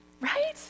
Right